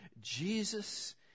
Jesus